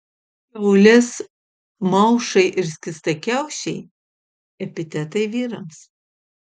kiaulės maušai ir skystakiaušiai epitetai vyrams